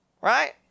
Right